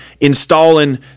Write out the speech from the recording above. installing